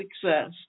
success